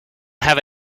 have